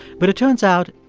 but it turns out,